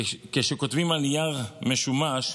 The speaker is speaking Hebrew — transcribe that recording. כשכותבים על נייר משומש,